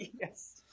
Yes